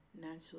naturally